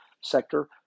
sector